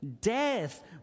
death